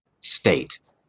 state